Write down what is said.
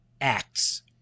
acts